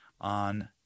on